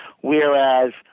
whereas